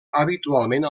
habitualment